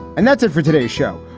and that's it for today show,